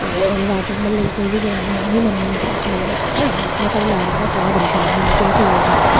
ते ओह्दे बाद च उस म्हल्ले दी कोई बी जनानी औनी मम्मी मेरी सस्स मेरी ने आखना साढ़ी लाड़ी ना चाह् बड़ी शैल बनांदी चाह् पीयै जाओ